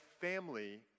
family